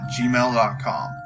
gmail.com